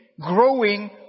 growing